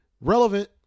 Relevant